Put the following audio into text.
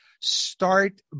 start